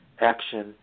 action